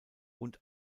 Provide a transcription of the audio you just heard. und